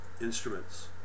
instruments